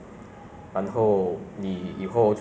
thud~ mm third ah wish lah